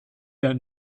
der